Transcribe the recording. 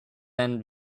and